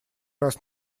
раз